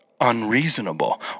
unreasonable